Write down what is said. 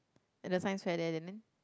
at the science fair there and then